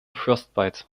frostbite